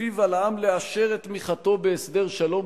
שלפיו על העם לאשר את תמיכתו בהסדר שלום,